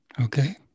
Okay